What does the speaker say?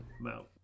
no